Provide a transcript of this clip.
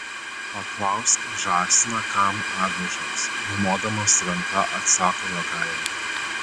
paklausk žąsiną kam avižos numodamas ranka atsako jogaila